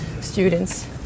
students